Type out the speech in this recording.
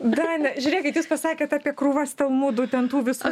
daina žiūrėkit jūs pasakėt apie krūvas talmudų ten tų visų